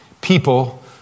people